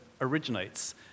originates